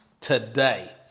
today